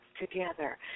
together